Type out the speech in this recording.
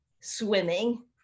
swimming